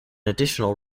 additional